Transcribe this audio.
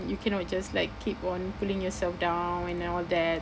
you cannot just like keep on pulling yourself down and all that